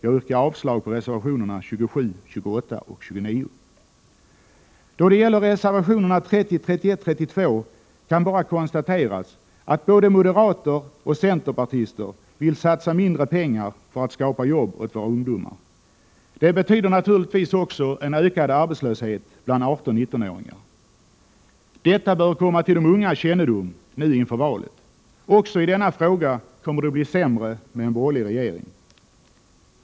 Jag yrkar avslag på reservationerna 27, 28 och 29. Då det gäller reservationerna 30, 31 och 32 kan bara konstateras att både moderater och centerpartister vill satsa mindre pengar för att skapa jobb åt våra ungdomar. Det betyder naturligtvis också en ökad arbetslöshet bland 18-19-åringar. Detta bör komma till de ungas kännedom nuinför valet. Också i denna fråga kommer det att bli sämre med en borgerlig regering.